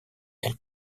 elle